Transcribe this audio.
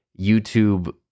YouTube